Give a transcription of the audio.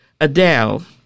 Adele